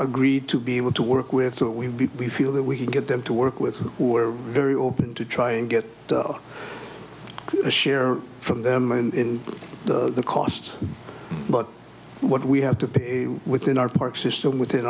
agreed to be able to work with what we feel that we can get them to work with we were very open to try and get a share from them in the cost but what we have to pay within our park system within